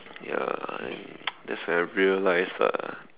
ya and that's when I realized lah